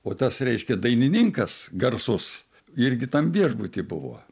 o tas reiškia dainininkas garsus irgi tam viešbuty buvo